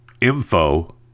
info